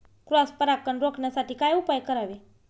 Cross परागकण रोखण्यासाठी काय उपाय करावे?